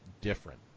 different